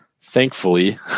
thankfully